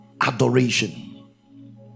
adoration